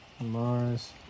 Mars